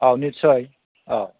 औ नितसय